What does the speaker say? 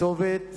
כתובת